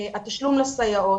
התשלום לסייעות,